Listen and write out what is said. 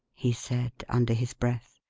he said, under his breath.